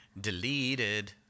Deleted